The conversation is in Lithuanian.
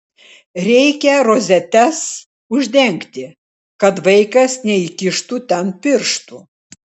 reikia rozetes uždengti kad vaikas neįkištų ten pirštų